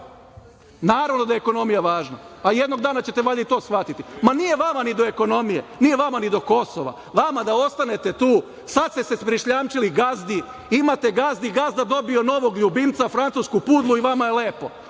Naravno da je ekonomija važna, a jednog dana ćete valjda i to shvatiti. Ma, nije vama ni do ekonomije, nije vama ni do Kosova, vama da ostanete tu. Sad ste se prišljamčili gazdi, imate gazdu, gazda dobio novog ljubimca, francusku pudlu, i vama je lepo.